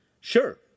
Sure